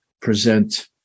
present